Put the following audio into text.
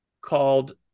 called